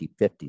50-50